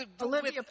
Olivia